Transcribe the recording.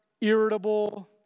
irritable